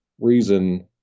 reason